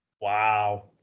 Wow